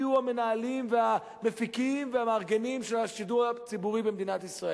יהיו המנהלים והמפיקים והמארגנים של השידור הציבורי במדינת ישראל.